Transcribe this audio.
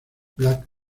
black